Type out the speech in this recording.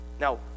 now